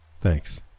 Thanks